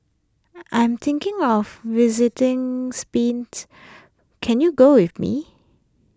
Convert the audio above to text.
I'm thinking of visiting Spain can you go with me